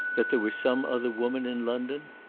that there was some other woman in london?